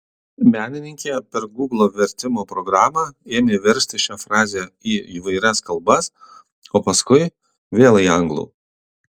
menininkė per gūglo vertimo programą ėmė versti šią frazę į įvairias kalbas o paskui vėl į anglų